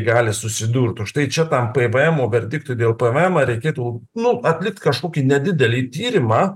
gali susidurt užtai čia tam pvemo verdiktui dėl pvemo reikėtų nu atlikt kažkokį nedidelį tyrimą